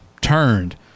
turned